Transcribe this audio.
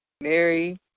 Mary